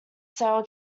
sail